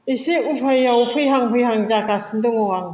एसे उफायाव फैहां फैहां जागासिनो दङ आं